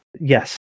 Yes